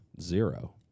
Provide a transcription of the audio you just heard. Zero